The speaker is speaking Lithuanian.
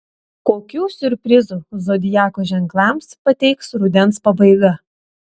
kokių siurprizų zodiako ženklams pateiks rudens pabaiga